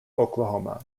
oklahoma